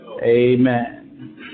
Amen